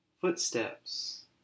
footsteps